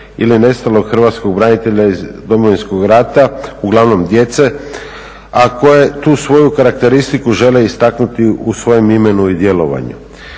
ili nestalog hrvatskog branitelja iz Domovinskog rata, uglavnom djece, a koji tu svoju karakteristiku žele istaknuti u svojim imenu i djelovanju.